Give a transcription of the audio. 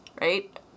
Right